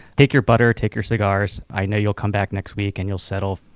take your butter, take your cigars. i know you'll come back next week and you'll settle.